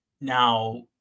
Now